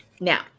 Now